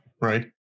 right